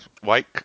white